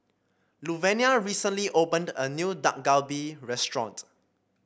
Luvenia recently opened a new Dak Galbi restaurant